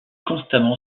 constamment